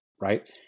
right